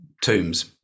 tombs